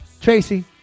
Tracy